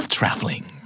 traveling